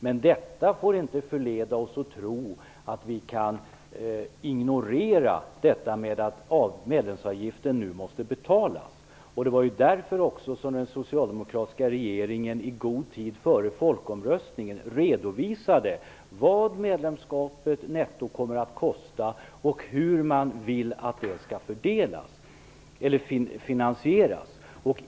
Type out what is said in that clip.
Men detta får inte förleda oss att tro att vi kan ignorera att medlemsavgiften måste betalas. Det är därför som den socialdemokratiska regeringen i god tid före folkomröstningen redovisade vad medlemskapet netto kommer att kosta och hur kostnaden skall finansieras.